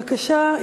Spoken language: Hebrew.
בבקשה.